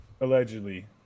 allegedly